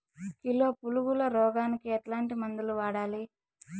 Kilo పులుగుల రోగానికి ఎట్లాంటి మందులు వాడాలి?